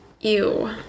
Ew